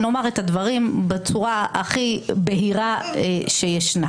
נאמר את הדברים בצורה הכי בהירה שיש.